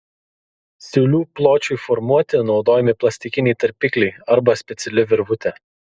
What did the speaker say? siūlių pločiui formuoti naudojami plastikiniai tarpikliai arba speciali virvutė